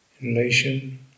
Inhalation